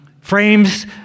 frames